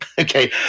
okay